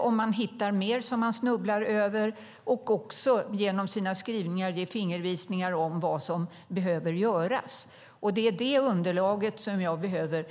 om man snubblar över mer och genom sina skrivningar ge fingervisningar om vad som behöver göras. Det är det underlaget som jag behöver.